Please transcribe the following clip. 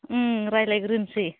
रायज्लायग्रोनोसै